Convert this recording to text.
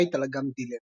שיט על אגם דילן,